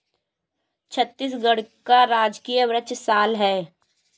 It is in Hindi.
छत्तीसगढ़ का राजकीय वृक्ष साल है